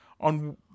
on